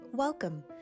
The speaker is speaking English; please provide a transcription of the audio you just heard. Welcome